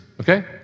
okay